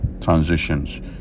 transitions